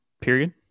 period